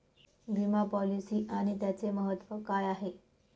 विमा पॉलिसी आणि त्याचे महत्व काय आहे?